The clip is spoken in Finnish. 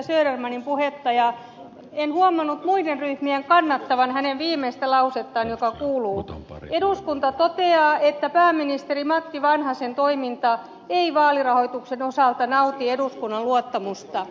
södermanin puhetta ja en huomannut muiden ryhmien kannattavan hänen viimeistä lausettaan joka kuului että eduskunta toteaa että pääministeri matti vanhasen toiminta ei vaali rahoituksen osalta nauti eduskunnan luottamusta